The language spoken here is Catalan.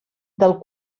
del